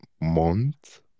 month